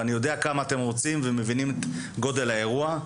ואני יודע כמה אתם רוצים ומבינים את גודל האירוע,